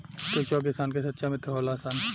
केचुआ किसान के सच्चा मित्र होलऽ सन